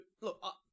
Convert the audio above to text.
Look